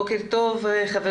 בוקר טוב חברים.